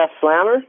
slammer